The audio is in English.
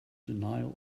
denial